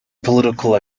political